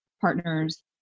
partners